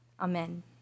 Amen